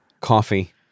coffee